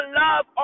love